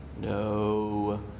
no